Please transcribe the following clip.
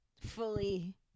fully